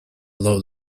low